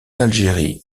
algérie